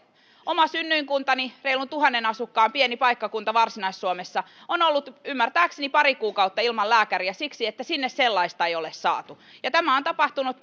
oma synnyinkuntani reilun tuhannen asukkaan pieni paikkakunta varsinais suomessa on ollut ymmärtääkseni pari kuukautta ilman lääkäriä siksi että sinne sellaista ei ole saatu ja tämä on tapahtunut